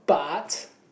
but